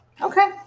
Okay